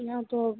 यहाँ तो